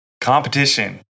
Competition